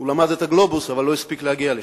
הוא למד את הגלובוס, אבל לא הספיק להגיע לשם.